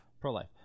Pro-life